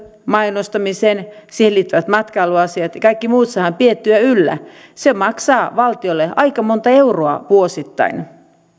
mainostamisen siihen liittyvät matkailuasiat ja kaikki muut pidettyä yllä se maksaa valtiolle aika monta euroa vuosittain